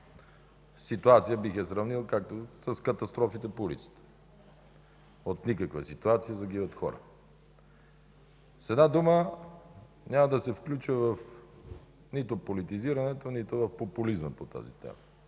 ситуация – бих я сравнил с катастрофите по улиците, от никаква ситуация загиват хора. С една дума: няма да се включа нито в политизирането, нито в популизма по тази тема.